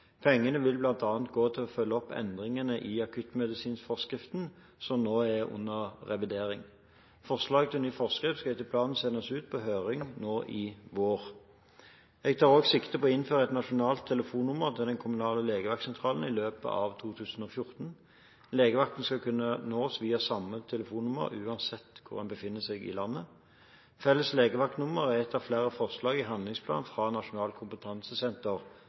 Pengene vil bl.a. gå til å følge opp endringene i akuttmedisinforskriften som nå er under revidering. Forslag til ny forskrift skal etter planen sendes ut på høring nå i vår. Jeg tar også sikte på å innføre et nasjonalt telefonnummer til den kommunale legevaktsentralen i løpet av 2014. Legevakten skal kunne nås via samme telefonnummer uansett hvor man befinner seg i landet. Felles legevaktnummer er ett av flere forslag i handlingsplan fra Nasjonalt kompetansesenter